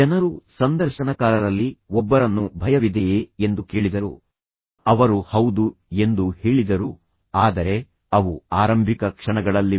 ಜನರು ಸಂದರ್ಶನಕಾರರಲ್ಲಿ ಒಬ್ಬರನ್ನು ಭಯವಿದೆಯೇ ಎಂದು ಕೇಳಿದರು ಅವರು ಹೌದು ಎಂದು ಹೇಳಿದರು ಆದರೆ ಅವು ಆರಂಭಿಕ ಕ್ಷಣಗಳಲ್ಲಿವೆ